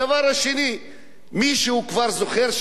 מישהו עוד זוכר שיש בעיה פלסטינית?